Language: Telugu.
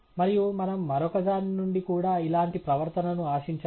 మరియు మనం మరొకదాని నుండి కూడా ఇలాంటి ప్రవర్తనను ఆశించాలి